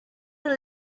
the